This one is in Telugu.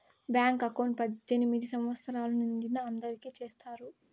బ్యాంకు అకౌంట్ పద్దెనిమిది సంవచ్చరాలు నిండిన అందరికి చేత్తారు